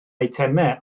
eitemau